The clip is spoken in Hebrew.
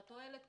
והתועלת,